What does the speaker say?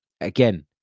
again